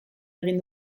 egin